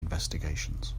investigations